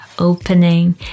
opening